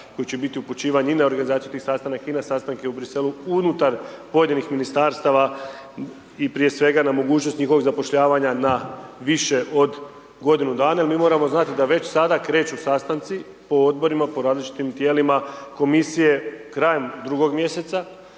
koji će biti upućivani i na organizaciju tih sastanaka i na sastanke u Briselu unutar pojedinih Ministarstava i prije svega, na mogućnosti njihovog zapošljavanja na više od godinu dana jel mi moramo znati da već sada kreću sastanci po Odborima, po različitim tijelima, komisije krajem drugog mjeseca